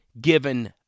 given